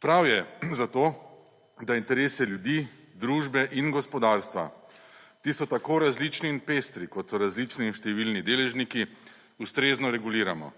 Prav je zato, da interese ljudi, družbe in gospodarstva, ki so tako različni in pestri kot so različni in številni deležniki ustrezno reguliramo,